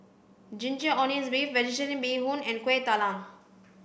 ginger onions beef vegetarian bee hoon and kueh talam